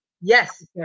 yes